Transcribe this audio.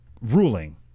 ruling